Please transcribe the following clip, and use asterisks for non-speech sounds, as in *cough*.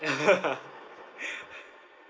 *laughs* *breath*